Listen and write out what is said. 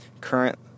current